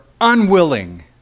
unwilling